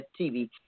TV